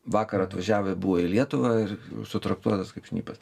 vakar atvažiavę buvo į lietuvą ir sutraktuotas kaip šnipas